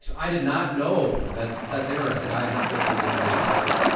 so i did not know, that's that's interesting. i have not looked at any of those charts.